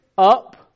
Up